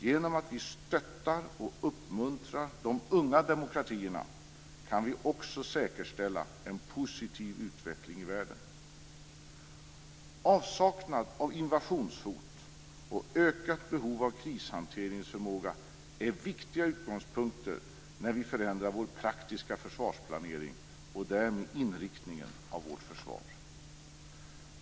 Genom att vi stöttar och uppmuntrar de unga demokratierna kan vi också säkerställa en positiv utveckling i världen. Avsaknad av invasionshot och ökat behov av krishanteringsförmåga är viktiga utgångspunkter när vi förändrar vår praktiska försvarsplanering och därmed inriktningen av vårt försvar.